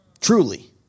Truly